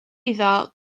iddo